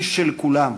איש של כולם,